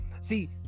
See